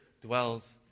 dwells